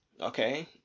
okay